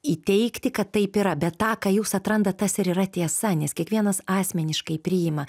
įteigti kad taip yra bet tą ką jūs atrandat tas ir yra tiesa nes kiekvienas asmeniškai priima